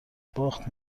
باخت